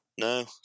No